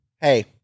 Hey